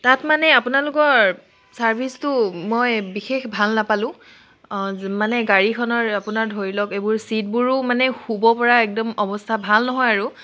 তাত মানে আপোনালোকৰ চাৰ্ভিছটো মই বিশেষ ভাল নাপালোঁ মানে গাড়ীখনৰ আপোনাৰ ধৰি লওক এইবোৰ ছিটবোৰো মানে শুব পৰা একদম অৱস্থা ভাল নহয় আৰু